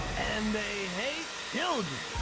and they hate children!